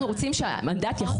המנדט של